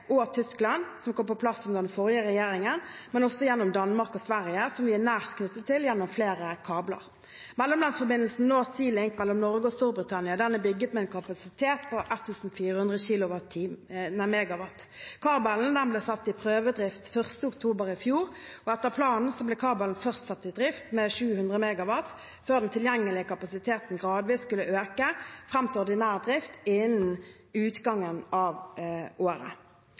og Tyskland, som kom på plass under den forrige regjeringen, men også gjennom Danmark og Sverige, som vi er nært knyttet til gjennom flere kabler. Mellomlandsforbindelsen North Sea Link, mellom Norge og Storbritannia, er bygget med en kapasitet på 1 400 MW. Kabelen ble satt i prøvedrift 1. oktober i fjor. Etter planen ble kabelen først satt i drift med 700 MW før den tilgjengelige kapasiteten gradvis skulle øke fram til ordinær drift innen utgangen av året.